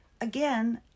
again